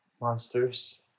monsters